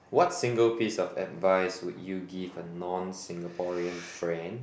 what single piece of advice would you give a non Singaporean friend